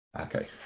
okay